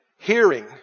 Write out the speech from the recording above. Hearing